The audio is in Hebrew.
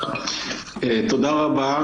תודה רבה.